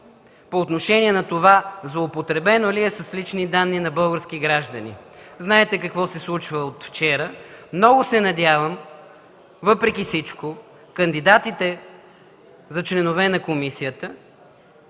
по отношение на това злоупотребено ли е с лични данни на български граждани. Знаете какво се случва от вчера. Много се надявам въпреки всичко кандидатите за членове на комисията,